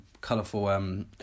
colourful